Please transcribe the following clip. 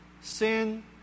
Sin